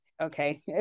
okay